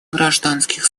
гражданских